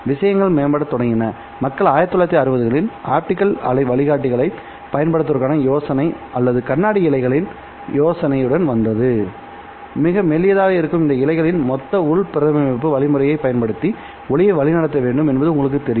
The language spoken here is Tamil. விஷயங்கள் மேம்படத் தொடங்கின மக்கள் 1960 களில் ஆப்டிகல் அலை வழிகாட்டிகளைப் பயன்படுத்துவதற்கான யோசனை அல்லது கண்ணாடி இழைகளின் யோசனையுடன் வந்தது மிக மெல்லியதாக இருக்கும் இந்த இழைகளின் மொத்த உள் பிரதிபலிப்பு வழிமுறையைப் பயன்படுத்தி ஒளியை வழிநடத்த வேண்டும் என்பது உங்களுக்குத் தெரியும்